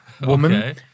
woman